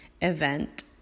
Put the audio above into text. event